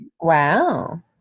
Wow